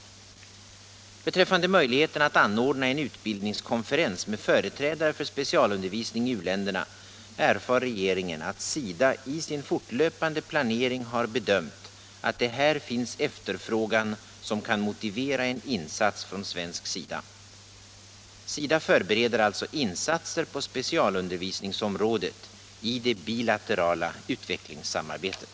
Beträffande möjligheten att anordna en utbildningskonferens med företrädare för specialundervisning i u-länderna erfar regeringen att SIDA i sin fortlöpande planering har bedömt att det här finns efterfrågan som kan motivera en insats från svensk sida. SIDA förbereder alltså insatser på specialundervisningsområdet i det bilaterala utvecklingssamarbetet.